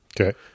Okay